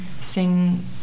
sing